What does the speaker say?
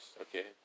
Okay